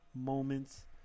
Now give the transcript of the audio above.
moments